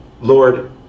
Lord